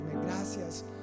Gracias